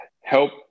help